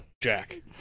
Jack